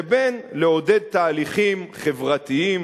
לבין לעודד תהליכים חברתיים,